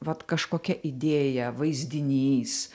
vat kažkokia idėja vaizdinys